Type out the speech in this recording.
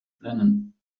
flennen